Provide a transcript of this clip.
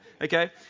okay